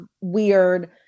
weird